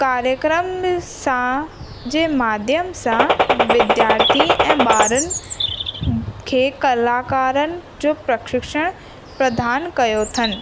कार्यक्रम सां जे माध्यम सां विधार्थी ऐं ॿारनि खे कलाकारनि जो प्रक्षिशण प्रधान कयो वियो अथनि